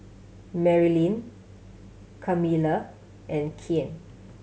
Marylyn Camilla and Cain